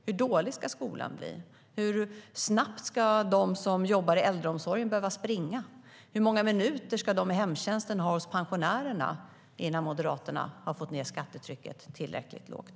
Hur dålig ska skolan bli? Hur snabbt ska de som jobbar i äldreomsorgen behöva springa? Hur många minuter ska de i hemtjänsten ha hos pensionärerna innan Moderaterna har fått ned skattetrycket tillräckligt lågt?